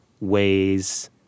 ways